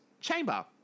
Chamber